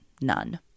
none